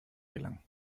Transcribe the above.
gelangen